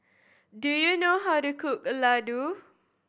do you know how to cook laddu